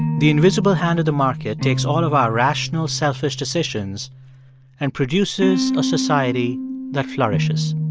the invisible hand of the market takes all of our rational, selfish decisions and produces a society that flourishes.